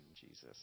Jesus